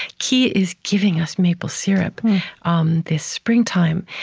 ki is giving us maple syrup um this springtime.